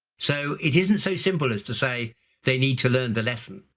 so it isn't so simple as to say they need to learn the lesson.